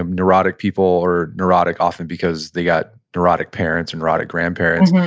um neurotic people are neurotic often because they got neurotic parents and neurotic grandparents,